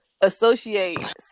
associate